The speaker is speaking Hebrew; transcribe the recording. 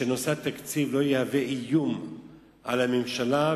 שנושא התקציב לא יהווה איום על הממשלה,